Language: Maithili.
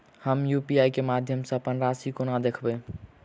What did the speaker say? हम यु.पी.आई केँ माध्यम सँ अप्पन राशि कोना देखबै?